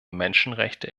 menschenrechte